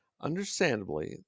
Understandably